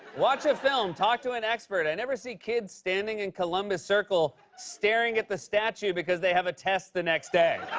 watch a film, talk to an expert. i never see kids standing in columbus circle staring at the statue because they have a test the next day.